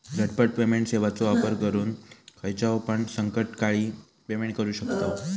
झटपट पेमेंट सेवाचो वापर करून खायच्यापण संकटकाळी पेमेंट करू शकतांव